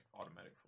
automatic